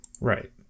Right